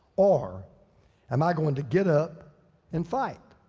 or am i going to get up and fight?